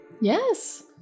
Yes